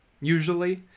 usually